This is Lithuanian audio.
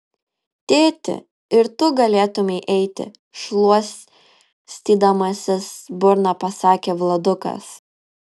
tėti ir tu galėtumei eiti šluostydamasis burną pasakė vladukas